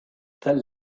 that